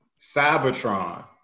Cybertron